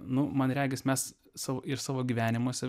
nu man regis mes sau ir savo gyvenimuose